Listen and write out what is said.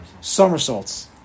Somersaults